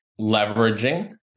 leveraging